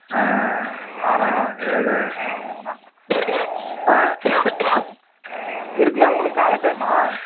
ஆ ஆறா ஏழு ம்மா ஆ இருக்குங்க உங்களுக்கு காலை டைம்மா